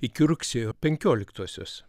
iki rugsėjo penkioliktosios